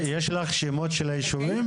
יש לך שמות של היישובים?